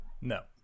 No